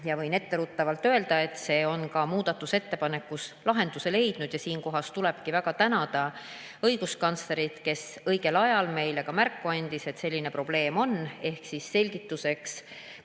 ja võin etteruttavalt öelda, et see on ka muudatusettepanekus lahenduse leidnud. Siinkohal tulebki väga tänada õiguskantslerit, kes õigel ajal meile märku andis, et selline probleem on. Selgituseks